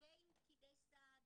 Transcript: ועם פקידי סעד